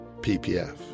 ppf